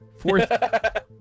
Fourth